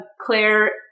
Claire